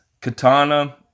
Katana